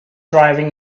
driving